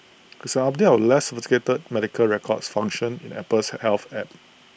it's an update of A less sophisticated medical records function in Apple's health app